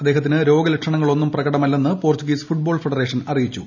അദ്ദേഹത്തിന് രോഗലക്ഷണങ്ങളൊന്നും പ്രകടമല്ലെന്ന് പോർച്ചുഗീസ് ഫുട്ബോൾ ഫെഡറേഷൻ അറിയിച്ചു